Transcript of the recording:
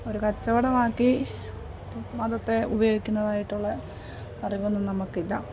ഒരു കച്ചവടമാക്കി മതത്തെ ഉപയോഗിക്കുന്നതായിട്ടുള്ള അറിവൊന്നും നമുക്കില്ല